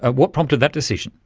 ah what prompted that decision?